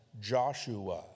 Joshua